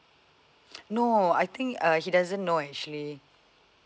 no I think uh he doesn't know actually